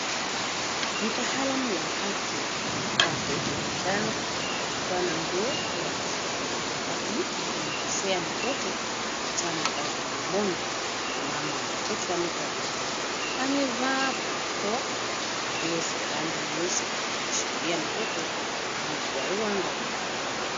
Mtaalamu wa afya amevaa koti la njano, barakoa na nguo nyeusi, akidondoshea mtoto mchanga dawa mdomoni. Mama wa mtoto amekaa karibu, amevaa barakoa na nguo za rangi nyeusi, akimshikilia mtoto kwa uangalifu.